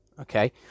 okay